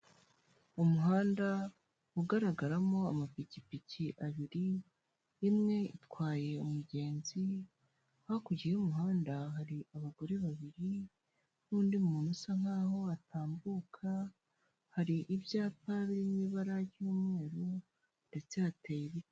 Umuhanda ugaragaramo amapikipiki abiri, imwe itwaye umugenzi hakurya y'umuhanda hari abagore babiri, n'undi muntu usa nkaho atambuka, hari ibyapa biri mu ibara ry'umweru ndetse hateye ibiti.